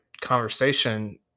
conversation